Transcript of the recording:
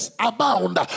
abound